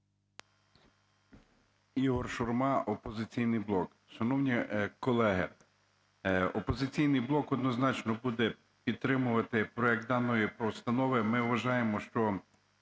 Ігор Шурма, "Опозиційний блок". Шановні колеги, "Опозиційний блок" однозначно буде підтримувати проект даної постанови. Ми вважаємо, що